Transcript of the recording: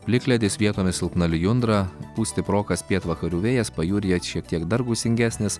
plikledis vietomis silpna lijundra pūs stiprokas pietvakarių vėjas pajūryje šiek tiek dar gūsingesnis